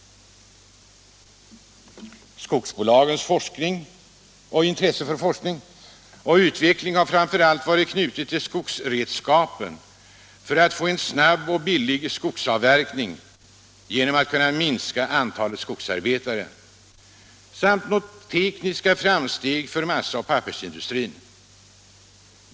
Skogsbolagens intresse för forskning och utveckling har framför allt varit knutet till skogsredskapen för att få en snabb och billig skogsavverkning och minska antalet skogsarbetare samt nå tekniska framsteg för massaoch pappersindustrin.